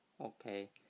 okay